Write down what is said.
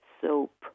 soap